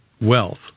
wealth